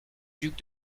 duc